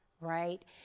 right